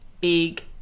Big